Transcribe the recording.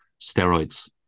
steroids